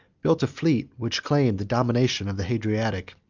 built a fleet which claimed the dominion of the adriatic,